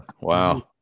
wow